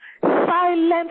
silence